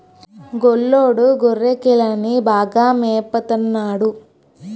గొల్లోడు గొర్రెకిలని బాగా మేపత న్నాడు